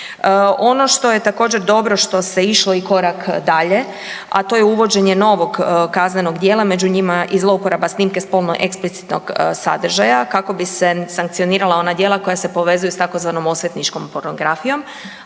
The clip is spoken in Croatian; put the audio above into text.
Ono što je također, dobro što se išlo i korak dalje, a to je uvođenje novog kaznenog djela, među njima i zlouporaba snimke spolno eksplicitnog sadržaja, kako bi se sankcionirala ona djela koja se povezuju s tzv. osvetničkom pornografijom,